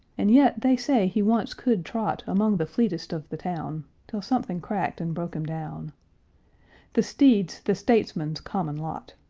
and yet they say he once could trot among the fleetest of the town, till something cracked and broke him down the steed's, the statesman's, common lot!